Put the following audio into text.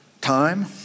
time